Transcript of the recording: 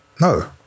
no